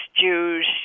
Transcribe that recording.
Jews